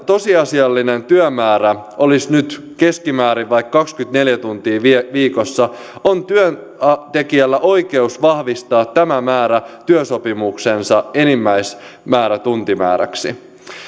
tosiasiallinen työmäärä olisi nyt keskimäärin vaikka kaksikymmentäneljä tuntia viikossa on työntekijällä oikeus vahvistaa tämä määrä työsopimuksensa enimmäistuntimääräksi